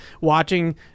watching